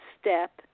step